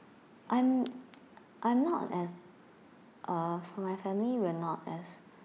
I'm I'm not as uh for my family we're not as